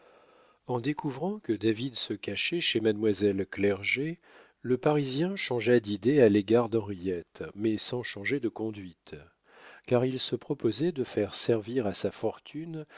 en découvrant que david se cachait chez mademoiselle clerget le parisien changea d'idées à l'égard d'henriette mais sans changer de conduite car il se proposait de faire servir à sa fortune